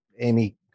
Amy